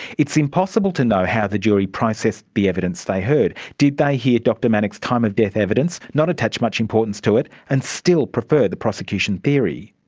it's impossible to know how the jury processed the evidence they heard. did they hear dr manock's time-of-death evidence, not attach much importance to it and still prefer the prosecution's theory?